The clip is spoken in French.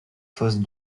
fosse